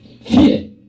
Fear